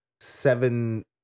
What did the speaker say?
Seven